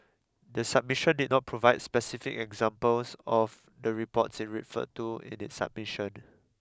the submission did not provide specific examples of the reports it referred to in its submission